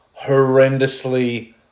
horrendously